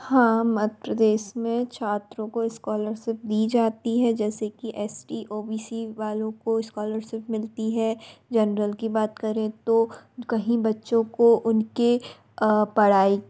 हाँ मध्य प्रदेश में छात्राें को इस्कॉलरसिप दी जाती है जैसे कि S T O B C वालों को इस्कॉलरसिप मिलती है जनरल की बात करें तो कहीं बच्चों को उनके पड़ाई